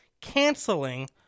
canceling